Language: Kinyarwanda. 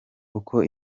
uko